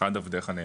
עבדך הנאמן.